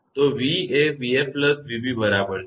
તો v એ 𝑣𝑓 𝑣𝑏 બરાબર છે